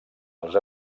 els